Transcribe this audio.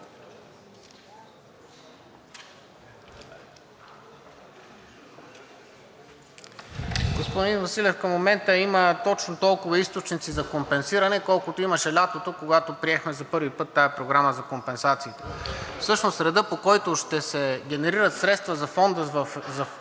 към момента има точно толкова източници за компенсиране, колкото имаше лятото, когато приехме за първи път тази програма за компенсациите. Всъщност редът, по който ще се генерират средства във Фонда за